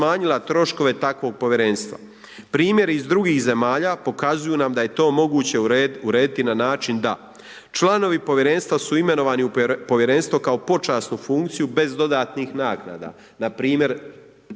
nam da je to moguće urediti na način da članovi Povjerenstva su imenovani u Povjerenstvo kao počasnu funkciju bez dodatnih naknada,